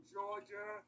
Georgia